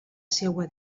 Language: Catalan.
seua